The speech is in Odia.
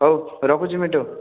ହଉ ରଖୁଛି ମିଟୁ